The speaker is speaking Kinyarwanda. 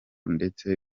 ndetse